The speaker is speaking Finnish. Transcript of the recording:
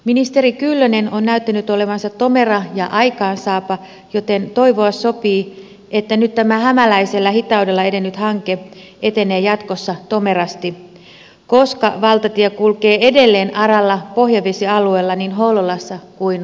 ministeri kyllönen on näyttänyt olevansa tomera ja aikaansaapa joten toivoa sopii että nyt tämä hämäläisellä hitaudella edennyt hanke etenee jatkossa tomerasti koska valtatie kulkee edelleen aralla pohjavesialueella niin hollolassa kuin lahdessakin